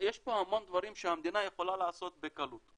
יש פה המון דברים שהמדינה יכולה לעשות בקלות.